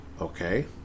Okay